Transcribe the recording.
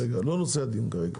אבל זה לא נושא הדיון שלנו כרגע.